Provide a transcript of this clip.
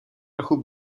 trochu